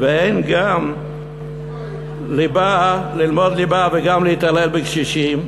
אין גם ללמוד ליבה וגם להתעלל בקשישים,